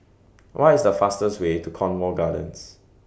What IS The fastest Way to Cornwall Gardens